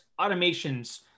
automations